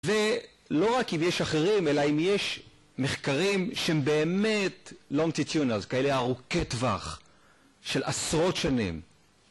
ולא רק כי ויש אחרים, אלא אם יש מחקרים שהם באמת לא מצטיונות, כאלה ארוכי טווח של עשרות שנים